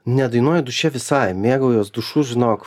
nedainuoju duše visai mėgaujuos dušu zinok